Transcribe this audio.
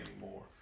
anymore